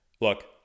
look